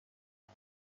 بود